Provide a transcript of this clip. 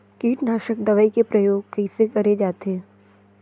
कीटनाशक दवई के प्रयोग कइसे करे जाथे?